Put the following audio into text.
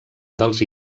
dels